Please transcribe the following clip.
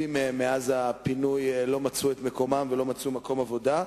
שרבים מהם לא מצאו מאז הפינוי את מקומם ולא מצאו מקום עבודה,